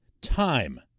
time